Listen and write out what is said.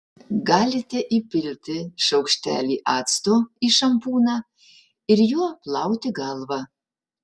galite įpilti šaukštelį acto į šampūną ir juo plauti galvą